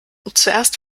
zuerst